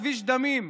כביש דמים,